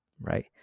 Right